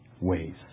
ways